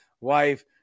Wife